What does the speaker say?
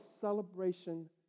celebration